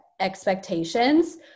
expectations